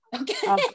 Okay